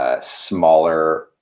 Smaller